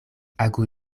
agu